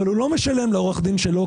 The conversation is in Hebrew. אבל הוא לא משלם לעורך הדין שלו.